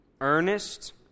earnest